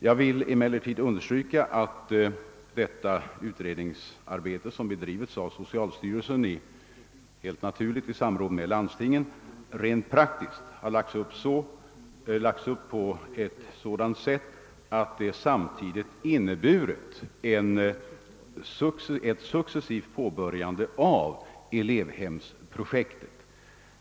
Jag vill emellertid understryka att detta utredningsarbete, som bedrivits av socialstyrelsen i samråd med landstingen, rent praktiskt har lagts upp på ett sådant sätt att det samtidigt inneburit ett successivt påbörjande av elevhemsprojektet.